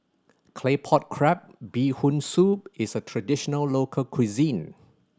Claypot Crab Bee Hoon Soup is a traditional local cuisine